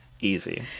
easy